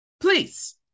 Please